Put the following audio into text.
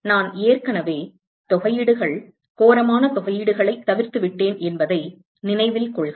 எனவே நான் ஏற்கனவே தொகையீடுகள் கோரமான தொகையீடுகளைத் தவிர்த்துவிட்டேன் என்பதை நினைவில் கொள்க